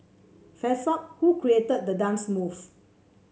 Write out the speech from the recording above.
fess up who created the dance move